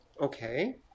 Okay